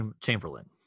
Chamberlain